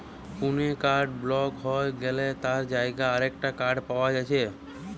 কুনো card block হই গ্যালে তার জাগায় আরেকটা কার্ড পায়া যাচ্ছে